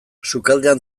sukaldean